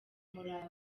umurava